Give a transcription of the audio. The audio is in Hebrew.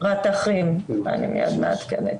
חרטים 2 בלבד,